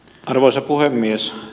arvoisa puhemies